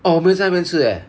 orh 我没有在那边吃 leh